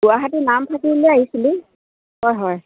গুৱাহাটীৰ নামফাকলৈ আহিছিলোঁ হয় হয়